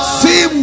see